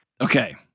Okay